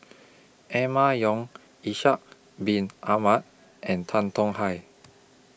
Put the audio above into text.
Emma Yong Ishak Bin Ahmad and Tan Tong Hye